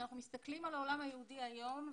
כשאנחנו מסתכלים על העולם היהודי היום,